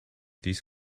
this